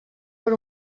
per